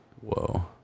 Whoa